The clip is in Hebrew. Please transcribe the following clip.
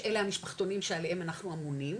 שאלה המשפחתונים שעליהם אנחנו אמונים,